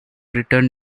return